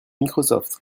microsoft